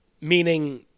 Meaning